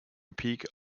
peak